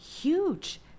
huge